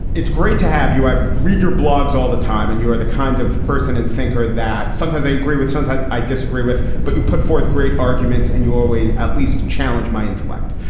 it's great to have you. i've read your blogs all the time and you are the kind of person and thinker that sometimes i agree with, sometimes i disagree with. but you put forth great arguments and you always at least challenge my intellect.